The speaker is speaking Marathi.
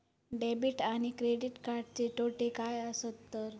डेबिट आणि क्रेडिट कार्डचे तोटे काय आसत तर?